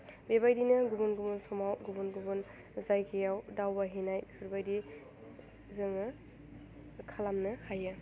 बेबायदिनो गुबुन गुबुन समाव गुबुन गुबुन जायगायाव दावबायहैनाय बेफोरबायदि जोङो खालामनो हायो